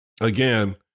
again